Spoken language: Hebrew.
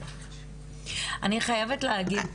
אני חייבת להגיד,